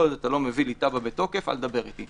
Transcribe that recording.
כל עוד אתה לא מביא לי תב"ע בתוקף, אל תדבר אתי.